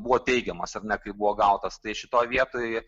buvo teigiamas ar ne kai buvo gautas tai šitoj vietoj